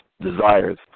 desires